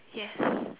yes